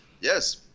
yes